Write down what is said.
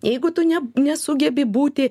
jeigu tu ne nesugebi būti